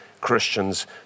Christians